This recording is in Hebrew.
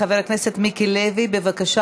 חבר הכנסת מיקי לוי, בבקשה.